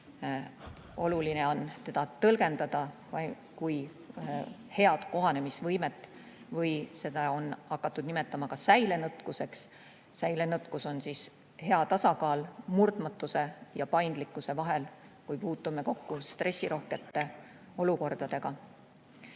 Oluline on seda tõlgendada kui head kohanemisvõimet. Seda on hakatud nimetama ka säilenõtkuseks. Säilenõtkus on hea tasakaal murdmatuse ja paindlikkuse vahel, kui puutume kokku stressirohkete olukordadega.